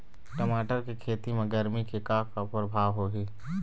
टमाटर के खेती म गरमी के का परभाव होही?